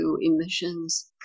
emissions